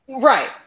right